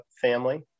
family